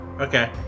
Okay